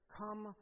come